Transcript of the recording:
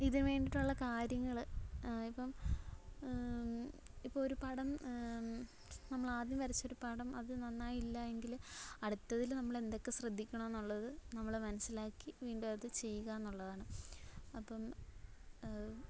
ഇതിന് വേണ്ടിയിട്ടുള്ള കാര്യങ്ങൾ ഇപ്പം ഇപ്പം ഒരു പടം നമ്മളാദ്യം വരച്ചൊരു പടം അത് നന്നായില്ല എങ്കിൽ അടുത്തതിൽ നമ്മളെന്തൊക്കെ ശ്രദ്ധിക്കണമെന്നുള്ളത് നമ്മൾ മനസിലാക്കി വീണ്ടുമത് ചെയ്യുകാന്നുള്ളതാണ് അപ്പം